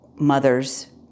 mothers